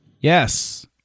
Yes